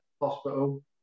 hospital